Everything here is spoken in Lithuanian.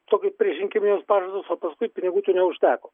tokį priešrinkiminius pažadus o paskui pinigų tų neužteko